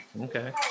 Okay